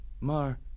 Mar